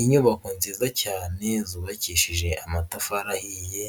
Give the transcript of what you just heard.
Inyubako nziza cyane zubakishije amatafari ahiye,